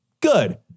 good